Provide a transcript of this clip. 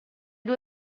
due